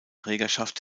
trägerschaft